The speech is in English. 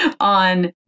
on